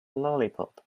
lollipop